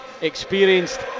experienced